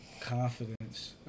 confidence